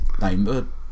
name